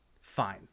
Fine